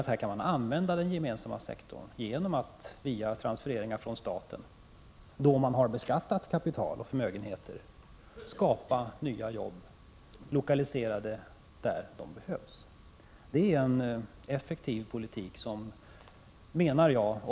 Här kan vi använda den gemensamma sektorn och via transfereringar från staten, då man har beskattat kapital och förmögenheter, skapa nya jobb och lokalisera dem där de behövs. Det är en effektiv politik.